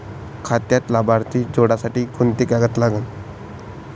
खात्यात लाभार्थी जोडासाठी कोंते कागद लागन?